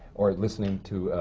or listening to,